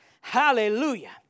Hallelujah